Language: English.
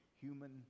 human